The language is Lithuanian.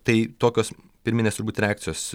tai tokios pirminės reakcijos